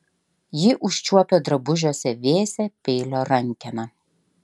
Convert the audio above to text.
ji užčiuopė drabužiuose vėsią peilio rankeną